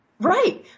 Right